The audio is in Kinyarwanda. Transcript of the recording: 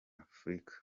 afrika